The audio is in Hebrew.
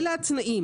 אלה התנאים.